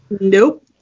Nope